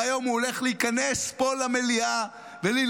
והיום הוא הולך להיכנס פה למליאה וללחוץ